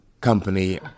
company